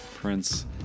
Prince